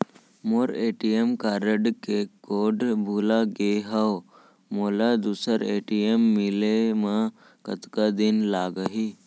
मोर ATM card के code भुला गे हव, मोला दूसर ए.टी.एम मिले म कतका दिन लागही?